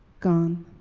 gone